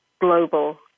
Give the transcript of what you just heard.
global